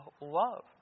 love